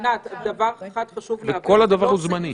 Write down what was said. כל הדבר הוא זמני.